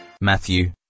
Matthew